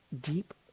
deep